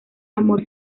amor